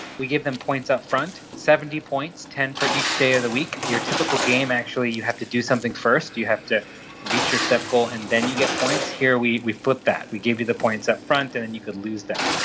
we gave them points up front, seventy points, ten for each day of the week. your typical game actually you have to do something first, you have to reach your step goal and then you get points. here we we flip that, we gave you the points up front and and you could lose them.